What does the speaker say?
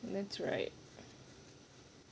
that's right